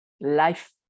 life